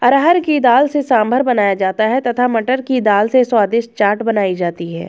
अरहर की दाल से सांभर बनाया जाता है तथा मटर की दाल से स्वादिष्ट चाट बनाई जाती है